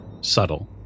subtle